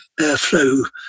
airflow